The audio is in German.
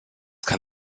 kann